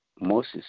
Moses